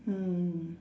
mm